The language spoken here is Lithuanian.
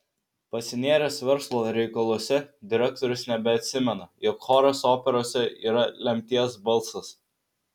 pasinėręs verslo reikaluose direktorius nebeatsimena jog choras operose yra lemties balsas